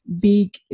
big